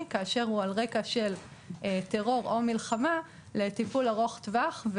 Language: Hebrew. כאשר הוא על רקע של טרור או מלחמה לטיפול ארוך-טווח.